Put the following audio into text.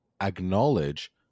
acknowledge